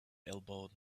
elbowed